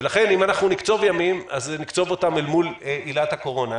ולכן אם אנחנו נקצוב ימים נקצוב אותם אל מול עילת הקורונה.